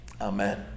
Amen